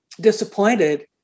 disappointed